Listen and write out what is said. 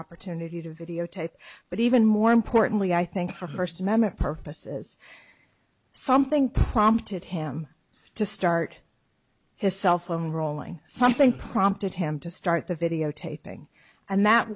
opportunity to videotape but even more importantly i think the first amendment purposes something prompted him to start his cellphone rolling something prompted him to start the videotaping and that